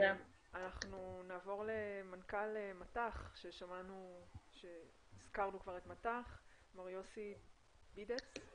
נעבור למנכ"ל מט"ח, יוסי בידץ,